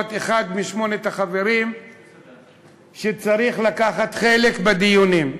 להיות אחד משמונת החברים שצריכים לקחת חלק בדיונים.